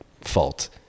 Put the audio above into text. fault